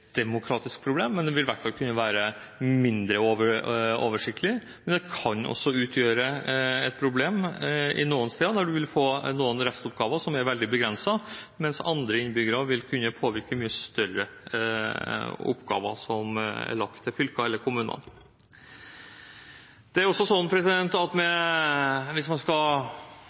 demokratisk problem, men det vil i hvert fall kunne være mindre oversiktlig, og det kan også utgjøre et problem noen steder når man vil få noen restoppgaver som er veldig avgrensede, mens andre innbyggere vil kunne påvirke mye større oppgaver som er lagt til fylker eller kommuner. Det er også sånn at